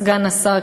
סגן השר,